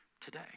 today